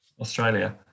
Australia